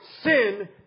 sin